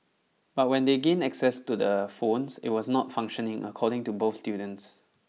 but when they gained access to the phone it was not functioning according to both students